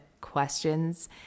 questions